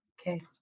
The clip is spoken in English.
okay